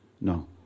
No